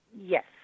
Yes